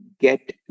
get